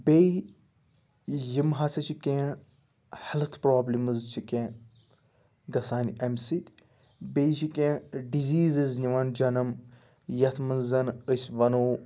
بیٚیہِ یِم ہَسا چھِ کینٛہہ ہیٚلٕتھ پرٛابلِمٕز چھِ کینٛہہ گژھان اَمہِ سۭتۍ بیٚیہِ چھِ کینٛہہ ڈِزیٖزٕز نِوان جَنَم یَتھ منٛز زَن أسۍ وَنو